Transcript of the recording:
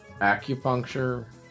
Acupuncture